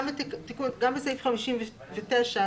גם סעיף 59,